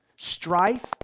Strife